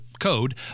code